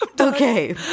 Okay